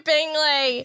Bingley